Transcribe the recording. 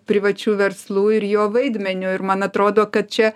privačiu verslu ir jo vaidmeniu ir man atrodo kad čia